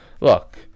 look